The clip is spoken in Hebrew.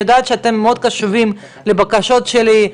אני יודעת שאתם מאוד קשובים לבקשות שלי,